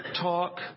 talk